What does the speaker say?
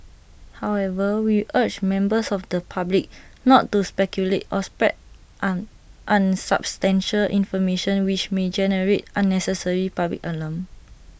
however we urge members of the public not to speculate or spread an unsubstantiated information which may generate unnecessary public alarm